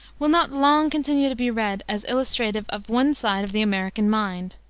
will not long continue to be read as illustrative of one side of the american mind,